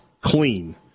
clean